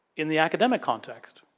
in the academic context.